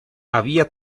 había